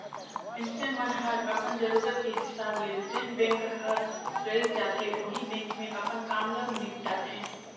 मइनसे मन हर अपन जरूरत के हिसाब ले जेन बेंक हर रइस जाथे ओही बेंक मे अपन काम ल निपटाथें